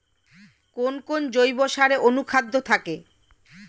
কোন কোন জৈব সারে অনুখাদ্য থাকে?